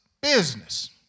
business